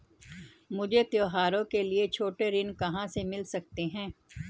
मुझे त्योहारों के लिए छोटे ऋण कहां से मिल सकते हैं?